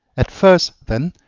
at first, then,